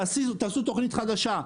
תעשו תוכנית חדשה.